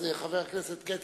אז חבר הכנסת כצל'ה,